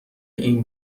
این